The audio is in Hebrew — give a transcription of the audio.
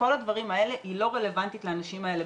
היא לא רלוונטית לאנשים האלה.